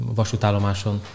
vasútállomáson